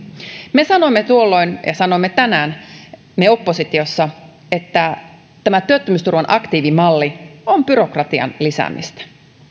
me sanoimme tuolloin ja sanomme tänään me oppositiossa että tämä työttömyysturvan aktiivimalli on byrokratian lisäämistä